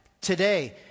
today